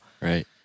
Right